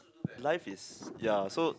life is ya so